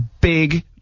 big